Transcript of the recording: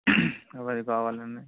అవి ఐదు కావాలండి